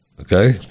Okay